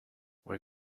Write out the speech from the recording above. where